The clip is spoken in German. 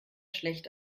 schlecht